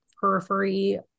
periphery